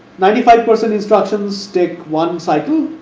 ninety five percent instructions take one cycle,